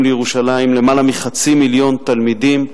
לירושלים יותר מחצי מיליון תלמידים.